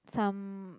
some